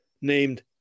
named